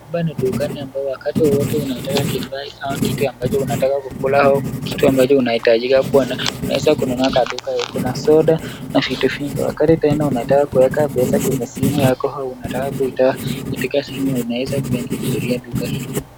Hapa ni dukani ambao wowote wakati unataka kifaa au kitu ambacho unataka kukula au kitu ambacho unaitajika kuwa nayo unaweza kununua kwa duka hii. Kuna soda na vitu vingi, wakati tena unataka kuweka pesa kwenye simu yako au unataka kutoa kutoka simu unaweza tena kuudhuria duka hii.